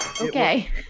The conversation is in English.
okay